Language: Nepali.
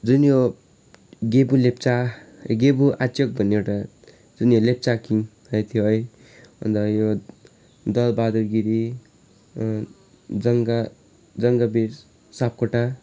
जुन यो गेबु लेप्चा गेबु आच्योक भन्ने एउटा जुन यो लेप्चा किङ है थियो है अन्त यो दलबहादुर गिरी अँ जङ्गा जङ्गवीर सापकोटा